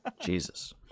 Jesus